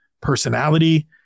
personality